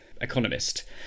economist